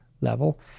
level